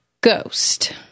ghost